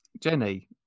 Jenny